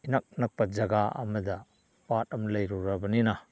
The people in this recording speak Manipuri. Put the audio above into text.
ꯏꯅꯛ ꯅꯛꯄ ꯖꯒꯥ ꯑꯃꯗ ꯄꯥꯠ ꯑꯃ ꯂꯩꯔꯨꯔꯕꯅꯤꯅ